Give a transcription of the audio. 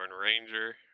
Ranger